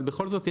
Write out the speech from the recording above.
בכל זאת,